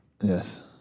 yes